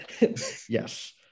Yes